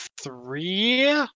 three